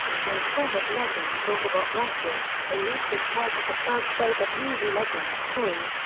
transformers legends autobot ratchet released as part of the first wave of movie legends toys,